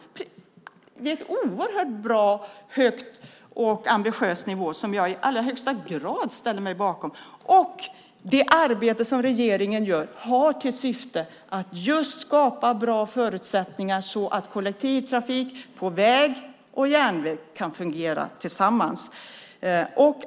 Det är en oerhört bra och ambitiös nivå som jag i allra högsta grad ställer mig bakom. Regeringens arbete har till syfte att skapa bra förutsättningar så att kollektivtrafik på väg och järnväg kan fungera tillsammans.